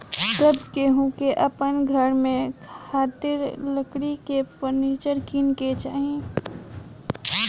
सब केहू के अपना घर में खातिर लकड़ी के फर्नीचर किने के चाही